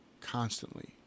constantly